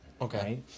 Okay